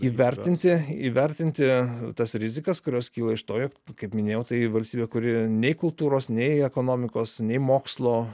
įvertinti įvertinti tas rizikas kurios kyla iš to jog kaip minėjau tai valstybė kuri nei kultūros nei ekonomikos nei mokslo